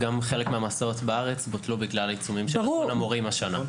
חלק מהמסעות בארץ בוטלו בגלל עיצומים של המורים השנה.